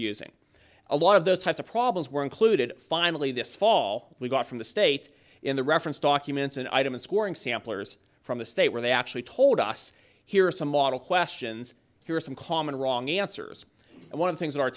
using a lot of those types of problems were included finally this fall we got from the state in the reference documents an item of scoring samplers from a state where they actually told us here are some model questions here are some common wrong answers and one of things that